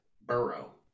Burrow